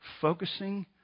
focusing